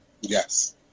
yes